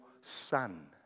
son